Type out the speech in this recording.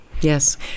Yes